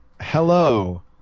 hello